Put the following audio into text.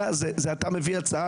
זה אתה מביא הצעה,